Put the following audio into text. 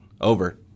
over